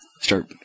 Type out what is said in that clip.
start